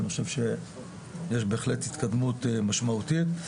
אני חושב שיש בהחלט התקדמות משמעותית.